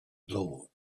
blow